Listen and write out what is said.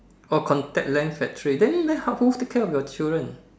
oh contact lens factory then how who take care of your children